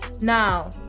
now